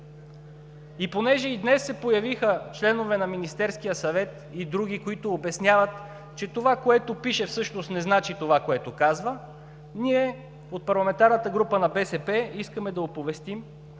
И понеже и днес се появиха членове на Министерския съвет и други, които обясняват, че това, което пише, всъщност не значи това, което казва, ние от парламентарната група на БСП искаме да оповестим